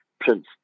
prince